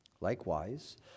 Likewise